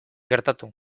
gertatu